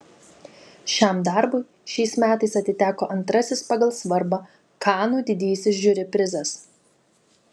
šiam darbui šiais metais atiteko antrasis pagal svarbą kanų didysis žiuri prizas